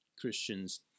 Christians